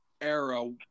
era